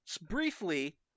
briefly